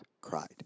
cried